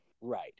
Right